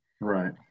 Right